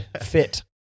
fit